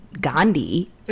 Gandhi